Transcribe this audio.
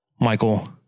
michael